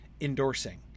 endorsing